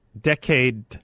decade